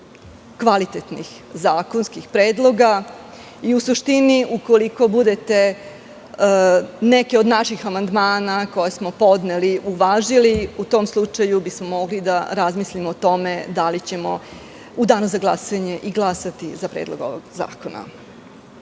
kvalitetnih zakonskih predloga i u suštini, ukoliko budete neke od naših amandmana koje smo podneli uvažili, u tom slučaju bismo mogli da razmislimo o tome da li ćemo u danu za glasanje i glasati za ovaj predlog zakona. Dakle,